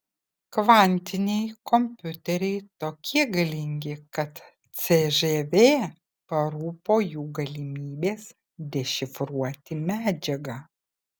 kvantiniai kompiuteriai tokie galingi kad cžv parūpo jų galimybės dešifruoti medžiagą